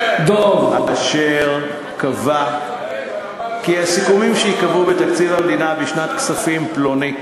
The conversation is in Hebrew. אשר קבע כי הסכומים שייקבעו בתקציב המדינה בשנת כספים פלונית